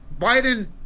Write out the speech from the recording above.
Biden